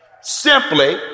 Simply